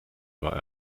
war